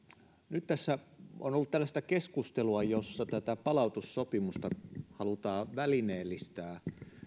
nyt tässä on ollut tällaista keskustelua jossa palautussopimusta halutaan välineellistää